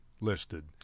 listed